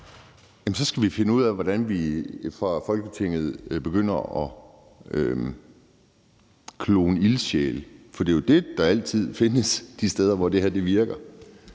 så skal vi finde ud af, hvordan vi fra Folketinget begynder at klone ildsjæle, for det er jo det, der altid findes de steder, hvor det her virker.